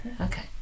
Okay